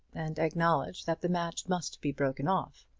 and acknowledge that the match must be broken off.